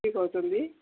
କିଏ କହୁଛନ୍ତି